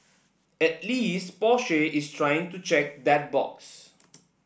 at least Porsche is trying to check that box